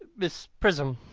miss prism,